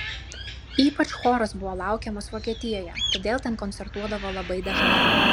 ypač choras buvo laukiamas vokietijoje todėl ten koncertuodavo labai dažnai